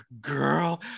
girl